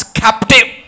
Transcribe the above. captive